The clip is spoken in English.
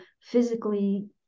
physically